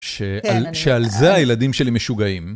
שעל זה הילדים שלי משוגעים.